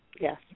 Yes